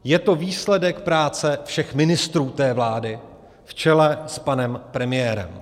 Je to výsledek práce všech ministrů té vlády v čele s panem premiérem.